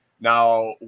now